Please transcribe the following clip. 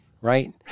right